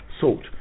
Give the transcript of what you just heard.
Salt